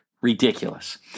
Ridiculous